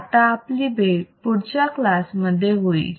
आता आपली भेट पुढच्या क्लासमध्ये होईल